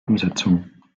umsetzung